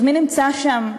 מי נמצא שם,